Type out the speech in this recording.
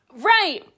Right